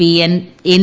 P N